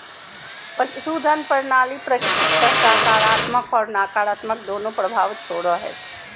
पशुधन प्रणाली प्रकृति पर सकारात्मक और नकारात्मक दोनों प्रभाव छोड़ो हइ